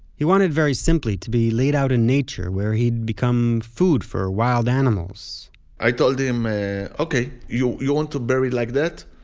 he wanted, very simply, to be laid out in nature, where he'd become food for wild animals i told him, ok, you you want to bury like that?